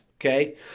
okay